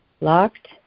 locked